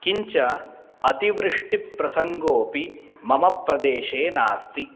किञ्च अतिवृष्टिप्रसङ्गोऽपि मम प्रदेशे नास्ति